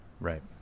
right